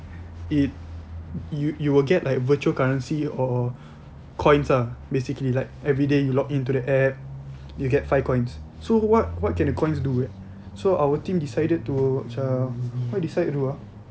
it you you will get like virtual currency or coins ah basically like everyday you log in to the app you get five coins so what what can the coins do so our team decided to macam what I decide to do ah